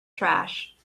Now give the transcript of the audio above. trash